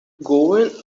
going